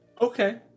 Okay